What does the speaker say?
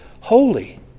holy